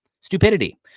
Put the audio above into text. Stupidity